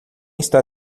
está